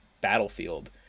battlefield